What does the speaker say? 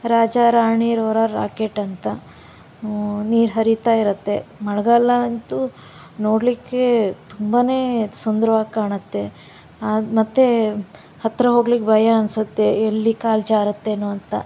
ರಾಜ Rani roarer rocket ಅಂತ ನೀರು ಹರಿತಾ ಇರುತ್ತೆ ಮಳೆಗಾಲ ಅಂತೂ ನೋಡಲಿಕ್ಕೆ ತುಂಬನೇ ಸುಂದ್ರವಾಗಿ ಕಾಣುತ್ತೆ ಮತ್ತು ಹತ್ತಿರ ಹೋಗ್ಲಿಕ್ಕೆ ಭಯ ಅನ್ಸುತ್ತೆ ಎಲ್ಲಿ ಕಾಲು ಜಾರತ್ತೇನೋ ಅಂತ